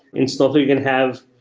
in snowflake you can have